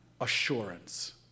Assurance